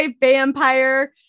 vampire